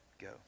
go